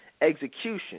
execution